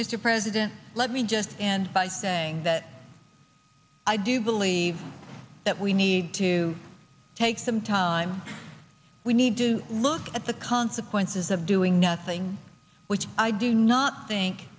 mr president let me just end by saying that i do believe that we need to take some time we need to look at the consequences of doing nothing which i do not think